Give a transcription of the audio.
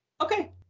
Okay